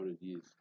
years